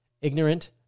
ignorant